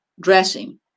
dressing